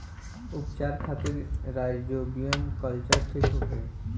उपचार खातिर rhizobium culture ठीक होखे?